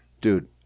dude